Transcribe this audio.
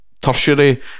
tertiary